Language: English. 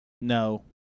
no